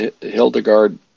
Hildegard